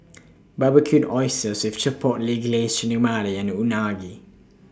Barbecued Oysters with Chipotle Glaze Chigenabe and Unagi